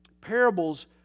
Parables